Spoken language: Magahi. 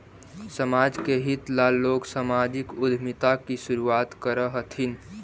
समाज के हित ला लोग सामाजिक उद्यमिता की शुरुआत करअ हथीन